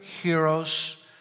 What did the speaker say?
heroes